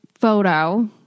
photo